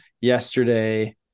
yesterday